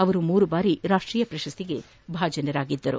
ಅವರು ಮೂರು ಬಾರಿ ರಾಷ್ಟೀಯ ಪ್ರಶಸ್ತಿಗೆ ಭಾಜನರಾಗಿದ್ದಾರೆ